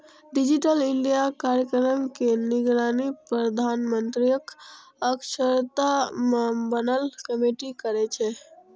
digital India कार्यक्रम के निगरानी प्रधानमंत्रीक अध्यक्षता मे बनल कमेटी करै छै